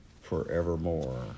forevermore